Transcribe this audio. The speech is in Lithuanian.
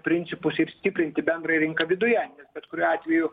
principus ir stiprinti bendrąją rinką viduje bet kuriuo atveju